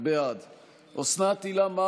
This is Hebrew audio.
המתאבדים שהידים?